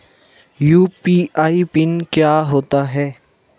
UPI PIN क्या होता है?